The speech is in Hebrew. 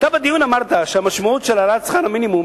אתה בדיון אמרת שהמשמעות של העלאת שכר המינימום